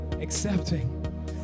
accepting